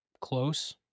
close